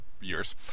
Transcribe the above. Years